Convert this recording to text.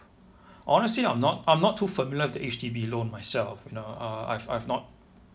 honestly I'm not I'm not too familiar with the H_D_B loan myself you know uh I've I've not